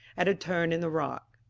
at a turn in the rock.